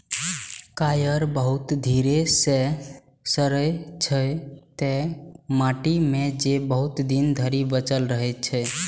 coir बहुत धीरे सं सड़ै छै, तें माटि मे ई बहुत दिन धरि बचल रहै छै